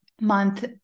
month